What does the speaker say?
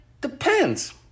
depends